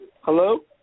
Hello